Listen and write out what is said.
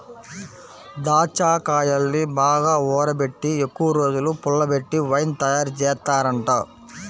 దాచ్చాకాయల్ని బాగా ఊరబెట్టి ఎక్కువరోజులు పుల్లబెట్టి వైన్ తయారుజేత్తారంట